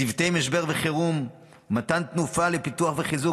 צוותי משבר וחירום ומתן תנופה לפיתוח וחיזוק